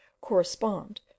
correspond